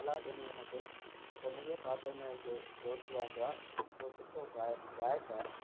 त मूं सलाह ॾिनी उन खे त मुंहिंजे पासे में हिकु दोस्त रहंदो आहे उहो सुठो गाय गायक आहे